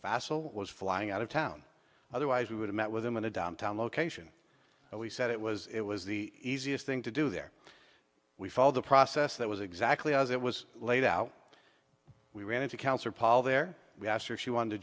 fassel was flying out of town otherwise we would have met with him in a downtown location and we said it was it was the easiest thing to do there we followed the process that was exactly as it was laid out we ran into counselor paul there we asked her if she wanted to